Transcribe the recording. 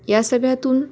या सगळ्यातून